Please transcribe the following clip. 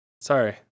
Sorry